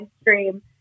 stream